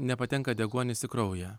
nepatenka deguonis į kraują